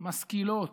משכילות,